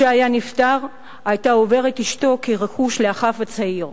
וכשנפטר, היתה עוברת אשתו כרכוש לאחיו הצעיר.